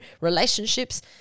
relationships